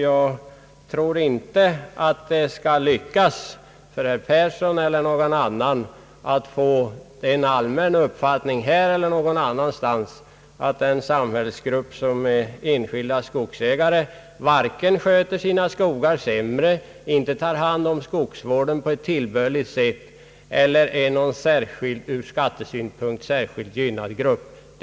Jag tror inte att det skall lyckas för herr Persson eller för någon annan att bevisa, att de enskilda skogsägarna sköter sina skogar sämre än andra eller att de utgör någon ur skattesynpunkt särskilt gynnad